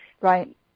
Right